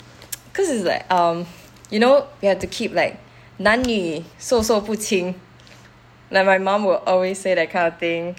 cause it's like um [you know] we have to keep like 男女授受不清 like my mom will always say that kind of thing